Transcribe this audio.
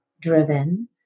driven